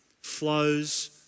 flows